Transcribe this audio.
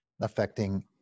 affecting